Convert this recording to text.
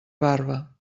barba